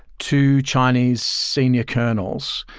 two chinese senior colonels,